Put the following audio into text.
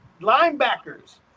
linebackers